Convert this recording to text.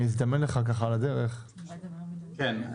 כן,